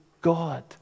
God